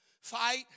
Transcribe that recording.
fight